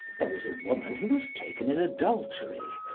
there was a woman who was taken in adultery.